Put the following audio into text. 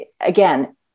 again